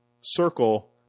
circle